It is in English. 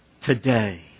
today